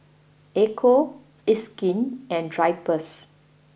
Ecco It's Skin and Drypers